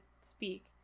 speak